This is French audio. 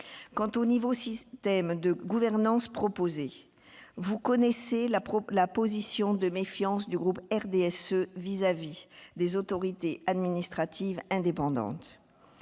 Quant au nouveau système de gouvernance proposé, vous connaissez la position de méfiance du groupe RDSE à l'égard des autorités administratives indépendantes.